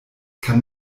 kann